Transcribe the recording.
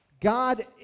God